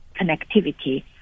connectivity